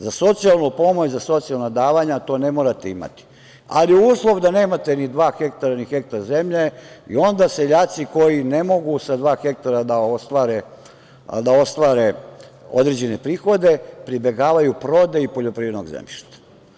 Za socijalnu pomoć, za socijalna davanja to ne morate imati, ali uslov da nemate ni dva hektara, ni hektar zemlje i onda seljaci koji ne mogu sa dva hektara da ostvare određene prihode pribegavaju prodaji poljoprivrednog zemljišta.